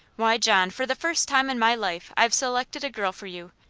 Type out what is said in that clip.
why, john, for the first time in my life i've selected a girl for you,